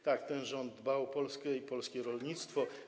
Tak, ten rząd dba o Polskę i polskie rolnictwo.